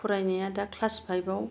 फरायनाया दा class five आव